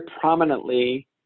prominently